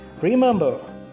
Remember